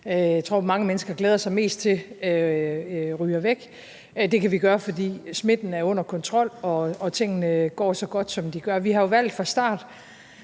jeg tror mange mennesker glæder sig mest til ryger væk. Det kan vi gøre, fordi smitten er under kontrol og tingene går så godt, som de gør. Vi har jo valgt at